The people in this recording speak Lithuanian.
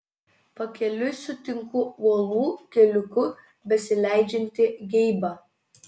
pakeliui sutinku uolų keliuku besileidžiantį geibą